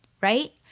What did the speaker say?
right